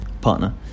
partner